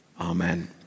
Amen